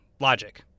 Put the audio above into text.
logic